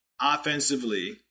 offensively